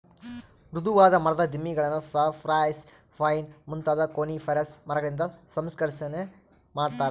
ಮೃದುವಾದ ಮರದ ದಿಮ್ಮಿಗುಳ್ನ ಸೈಪ್ರೆಸ್, ಪೈನ್ ಮುಂತಾದ ಕೋನಿಫೆರಸ್ ಮರಗಳಿಂದ ಸಂಸ್ಕರಿಸನೆ ಮಾಡತಾರ